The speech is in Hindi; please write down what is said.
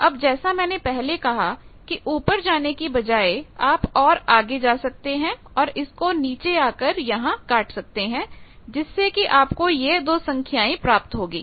अब जैसा मैंने पहले कहा कि ऊपर जाने की बजाय आप और आगे जा सकते हैं और इसको नीचे आकर यहां काट सकते हैं जिससे कि आपको यह दो संख्याएं प्राप्त होंगी